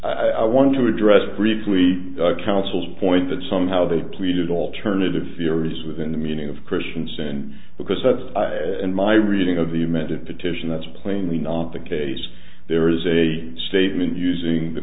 the i want to address briefly counsel's point that somehow they have pleaded alternative theories within the meaning of christians and because that's in my reading of the amended petition that's plainly not the case there is a statement using the